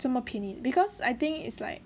这么便宜 because I think is like